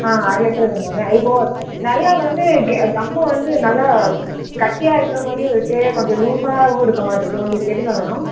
ஆ அரை லிட்டர் வேணுமாங்க இப்போது நல்லா வந்து க கம்மு வந்து நல்லா கட்டியாக இருக்கிற மாதிரியும் இருக்குது கொஞ்சம் லூஸாகவும் இருக்கற மாதிரி இருக்குது உங்களுக்கு எதுங்க வேணும்